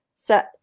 set